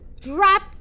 Drop